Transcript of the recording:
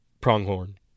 pronghorn